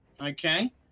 Okay